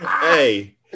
Hey